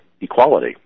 equality